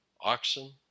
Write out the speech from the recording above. oxen